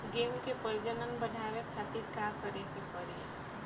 गेहूं के प्रजनन बढ़ावे खातिर का करे के पड़ी?